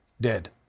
dead